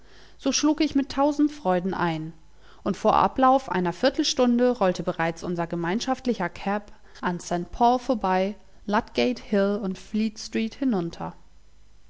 so schlug ich mit tausend freuden ein und vor ablauf einer viertelstunde rollte bereits unser gemeinschaftlicher cab an st paul vorbei ludgate hill und fleet street hinunter